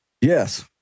Yes